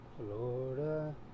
Florida